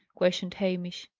questioned hamish.